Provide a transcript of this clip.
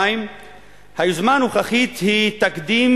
2. היוזמה הנוכחית היא תקדים,